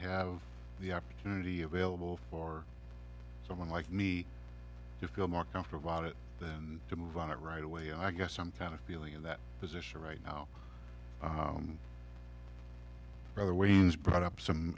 have the opportunity available for someone like me to feel more comfortable about it then to move on it right away i guess i'm kind of feeling in that position right now rather wayne's brought up some